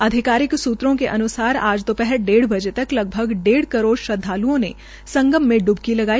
आधिकारिक सूत्रों के अनुसार आज दामहर डेढ़ बजे तक लगभग डेढ़ कराइ श्रद्वाल्ओं ने संगम में ड्बकी लगाई